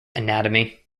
anatomy